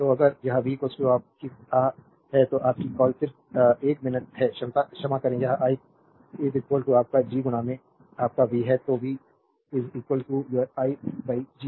तो अगर यह v आपकी आह है तो आपकी कॉल सिर्फ 1 मिनट है क्षमा करें यह i आपका G आपका v है तो v your i by G G